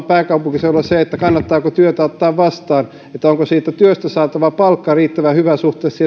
pääkaupunkiseudulla se kannattaako työtä ottaa vastaan onko siitä työstä saatava palkka riittävän hyvä suhteessa